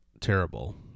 terrible